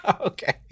Okay